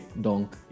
Donk